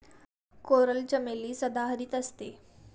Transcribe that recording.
coral चमेली सदाहरित असते